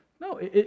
No